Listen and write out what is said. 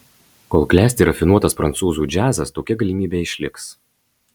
kol klesti rafinuotas prancūzų džiazas tokia galimybė išliks